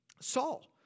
Saul